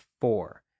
four